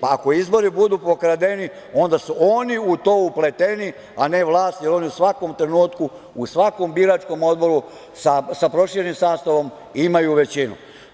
pa ako izbori budu pokradeni, onda su oni u to upleteni, a ne vlast, jer u oni u svakom trenutku u svakom biračkom odboru, sa proširenim sastavom imaju većinu.